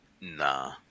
Nah